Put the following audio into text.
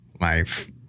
life